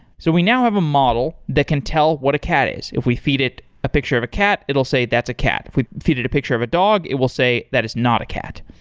so we now have a model that can tell what a cat is. if we feed it a picture of a cat, it'll say that's a cat. if we feed it a picture of a dog, it will say that is not a cat.